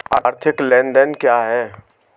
आर्थिक लेनदेन क्या है?